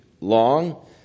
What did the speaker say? long